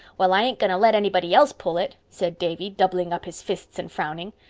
well, i ain't going to let anybody else pull it, said davy, doubling up his fists and frowning.